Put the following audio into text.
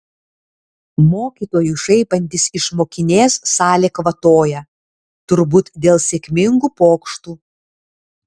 mokytojui šaipantis iš mokinės salė kvatoja turbūt dėl sėkmingų pokštų